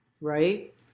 right